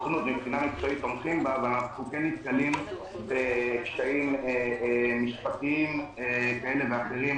כסוכנות כן נתקלים בקשיים משפטיים כאלה ואחרים